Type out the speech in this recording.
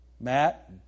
Matt